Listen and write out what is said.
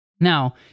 Now